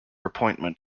appointment